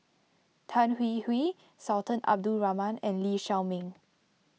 Tan Hwee Hwee Sultan Abdul Rahman and Lee Shao Meng